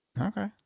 Okay